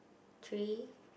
three